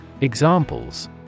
Examples